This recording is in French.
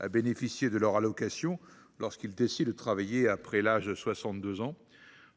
à bénéficier de leur allocation, lorsqu’ils décident de travailler après 62 ans.